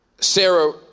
Sarah